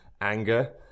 anger